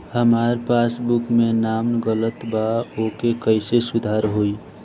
हमार पासबुक मे नाम गलत बा ओके कैसे सुधार होई?